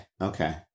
Okay